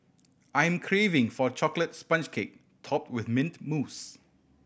I am craving for a chocolate sponge cake topped with mint mousse